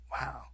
Wow